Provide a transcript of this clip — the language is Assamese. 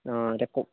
অঁ এতিয়া